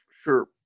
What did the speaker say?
Sure